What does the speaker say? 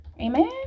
Amen